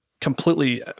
completely